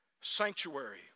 Sanctuary